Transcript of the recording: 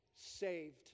saved